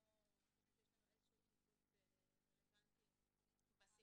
אנחנו לא חושבים שיש לנו איזשהו input רלבנטי למבחני תמיכה --- בסיפור